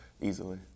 easily